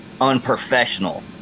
unprofessional